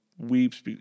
Weeps